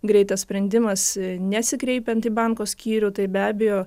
greitas sprendimas nesikreipiant į banko skyrių tai be abejo